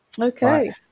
okay